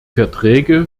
verträge